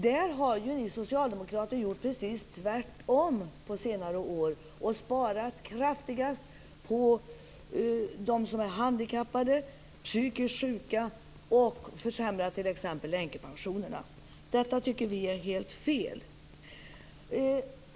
Där har ni socialdemokrater gjort precis tvärtom på senare år, då ni har sparat kraftigast på dem som är handikappade och psykiskt sjuka och försämrat t.ex. änkepensionerna. Detta tycker vi är helt fel.